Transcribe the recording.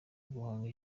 guhanga